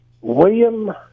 William